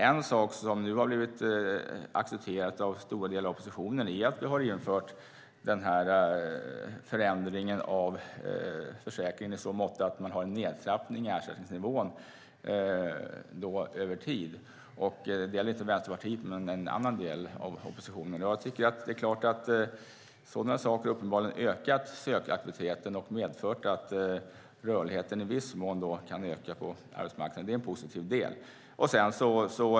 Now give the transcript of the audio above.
En sak som nu har blivit accepterad av stora delar av oppositionen är att vi har infört den här förändringen av försäkringen i så måtto att man har en nedtrappning i ersättningsnivån över tid. Det gäller inte Vänsterpartiet, men en annan del av oppositionen har accepterat detta. Sådana saker har uppenbarligen ökat sökaktiviteten och medfört att rörligheten i viss mån kan öka på arbetsmarknaden. Det är en positiv del.